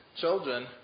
children